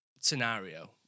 scenario